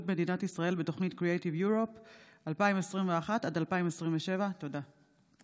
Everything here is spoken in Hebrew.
מדינת ישראל בתוכנית Creative Europe (2021 עד 2027). תודה.